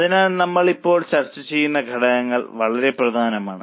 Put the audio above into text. അതിനാൽ നമ്മൾ ഇപ്പോൾ ചർച്ച ചെയ്യുന്ന ഘടകങ്ങൾ വളരെ പ്രധാനമാണ്